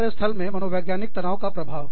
कार्यस्थल में मनोवैज्ञानिक तनाव का प्रभाव